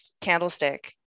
Candlestick